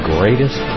Greatest